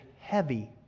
heavy